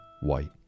white